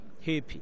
happy